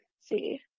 see